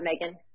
Megan